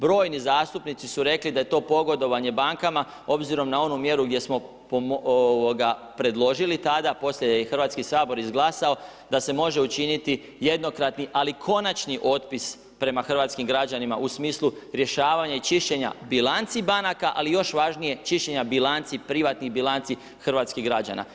Brojni zastupnici su rekli da je to pogodovanje bankama obzirom na onu mjeru gdje smo predložili tada, poslije je i Hrvatski sabor izglasao da se može učiniti jednokratni, ali konačni otpis prema hrvatskim građanima, u smislu rješavanja i čišćenja bilanci banaka, ali još važnije čišćenja bilanci, privatnih bilanci hrvatskih građana.